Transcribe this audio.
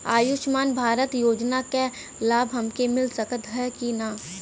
आयुष्मान भारत योजना क लाभ हमके मिल सकत ह कि ना?